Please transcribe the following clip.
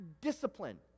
discipline